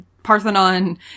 Parthenon